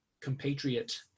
compatriot